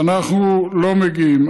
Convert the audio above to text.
אנחנו לא מגיעים.